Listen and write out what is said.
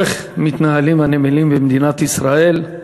איך מתנהלים הנמלים במדינת ישראל.